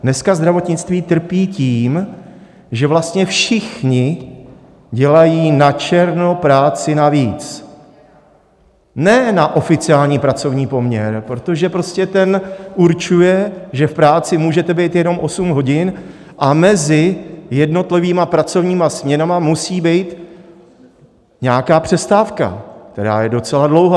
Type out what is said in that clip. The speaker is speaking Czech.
Dneska zdravotnictví trpí tím, že vlastně všichni dělají načerno práci navíc, ne na oficiální pracovní poměr, protože vlastně ten určuje, že v práci můžete být jenom osm hodin a mezi jednotlivými pracovními směnami musí být nějaká přestávka, která je docela dlouhá.